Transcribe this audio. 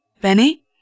Benny